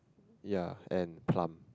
ya and plum